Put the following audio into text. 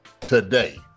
today